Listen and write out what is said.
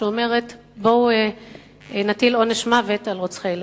שאומרת: בואו נטיל עונש מוות על רוצחי ילדים.